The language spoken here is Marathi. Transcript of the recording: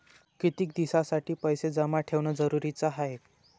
कितीक दिसासाठी पैसे जमा ठेवणं जरुरीच हाय?